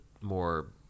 more